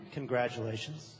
congratulations